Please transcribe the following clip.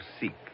seek